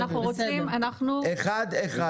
שניה.